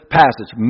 passage